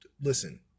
Listen